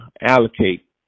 allocate